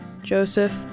Joseph